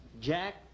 Jack